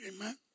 amen